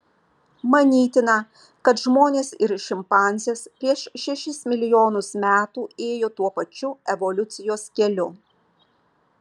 manytina kad žmonės ir šimpanzės prieš šešis milijonus metų ėjo tuo pačiu evoliucijos keliu